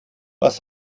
was